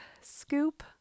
scoop